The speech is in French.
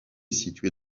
située